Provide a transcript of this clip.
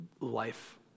life